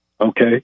Okay